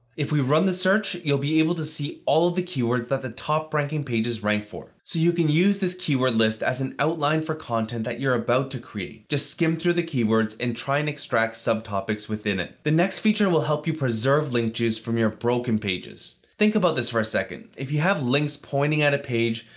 if we run the search, you'll be able to see all of the keywords that the top ranking pages rank for. so you can then use this keyword list as an outline for content that you're about to create. just skim through the keywords and try and extract sub topics within it. the next feature will help you preserve link juice from your broken pages. think about this for a second. if you have links pointing at a page,